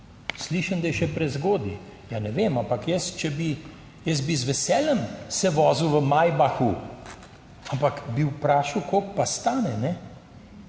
Slišim, da je še prezgodaj, ja ne vem, ampak jaz, če bi, jaz bi z veseljem se vozil v Maybachu, ampak bi vprašal, koliko pa stane. Ne